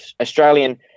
Australian